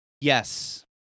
Yes